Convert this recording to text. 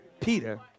Peter